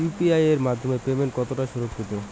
UPI এর মাধ্যমে payment কতটা সুরক্ষিত?